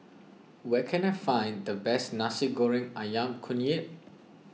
where can I find the best Nasi Goreng Ayam Kunyit